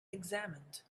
examined